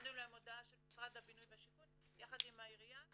הוצאנו להם הודעה של משרד הבינוי והשיכון יחד עם העיריה,